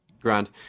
grand